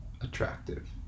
attractive